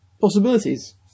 possibilities